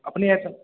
আপুনি